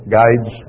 guides